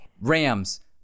Rams